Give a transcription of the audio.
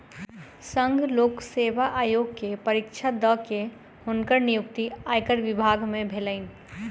संघ लोक सेवा आयोग के परीक्षा दअ के हुनकर नियुक्ति आयकर विभाग में भेलैन